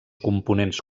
components